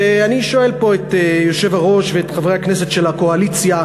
ואני שואל פה את היושב-ראש ואת חברי הכנסת של הקואליציה,